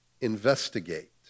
investigate